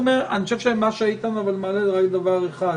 חבר הכנסת גינזבורג מעלה דבר אחד,